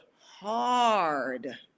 hard